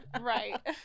right